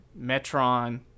Metron